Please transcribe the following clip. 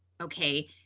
Okay